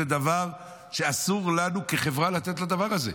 זה דבר שאסור לנו כחברה לתת לדבר הזה,